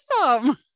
awesome